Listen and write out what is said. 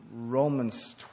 Romans